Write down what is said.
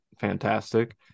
fantastic